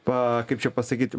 pa kaip čia pasakyt